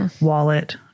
wallet